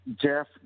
Jeff